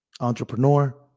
entrepreneur